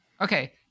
Okay